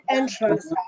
entrance